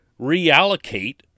reallocate